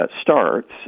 starts